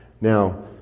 Now